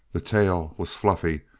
the tail was fluffy,